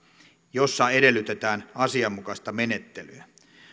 jossa edellytetään asianmukaista menettelyä